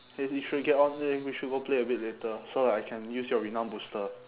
eh we should get on la~ we should go play a bit later so like I can use your renown booster